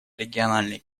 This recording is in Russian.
региональные